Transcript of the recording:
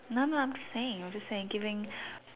none lah I'm just saying just saying giving